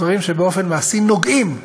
דברים שבאופן מעשי נוגעים באזרחים,